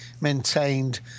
maintained